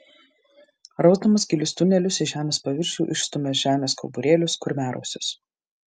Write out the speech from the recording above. rausdamas gilius tunelius į žemės paviršių išstumia žemės kauburėlius kurmiarausius